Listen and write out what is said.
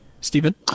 Stephen